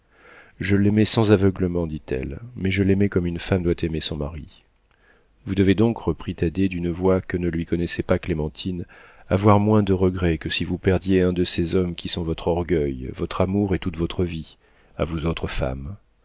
je l'aimais sans aveuglement dit-elle mais je l'aimais comme une femme doit aimer son mari vous devez donc reprit thaddée d'une voix que ne lui connaissait pas clémentine avoir moins de regrets que si vous perdiez un de ces hommes qui sont votre orgueil votre amour et toute votre vie à vous autres femmes